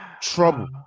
trouble